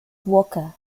walker